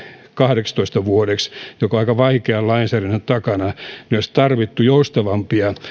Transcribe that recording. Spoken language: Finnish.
kahdeksitoista vuodeksi mikä on aika vaikean lainsäädännön takana niin olisi tarvittu joustavampia